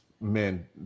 men